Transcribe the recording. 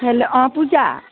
hello অ' পূজা